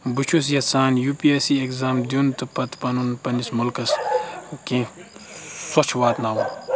بہٕ چھُس یژھان U P S C exam دیُن تہٕ پتہٕ پنُن پنٕنِس مُلکس کیٚنٛہہ سۄچھ واتناوُن